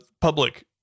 public